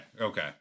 okay